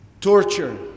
torture